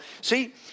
See